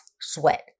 Sweat